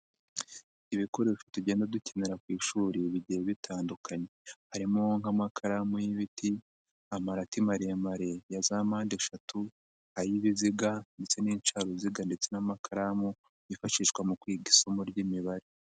Ibikoresho tugenda dukenera ku ishuri bigiye bitandukanye harimo nk'amakaramu y'ibiti, amarati maremare ya za mpande eshatu, ay'ibiziga ndetse n'incaruziga ndetse n'amakaramu, yifashishwa mu kwiga isomo ry'lmibare.